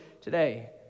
today